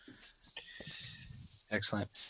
Excellent